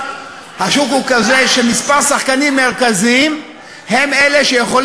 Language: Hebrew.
השוק הוא כזה שכמה שחקנים מרכזיים יכולים